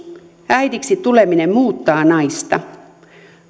äidiksi tuleminen muuttaa naista